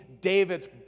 David's